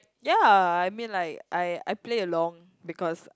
ya I mean like I I play along because